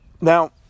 Now